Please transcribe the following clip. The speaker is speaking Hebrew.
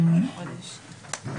כחודש.